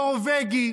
נורבגי.